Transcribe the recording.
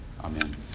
Amen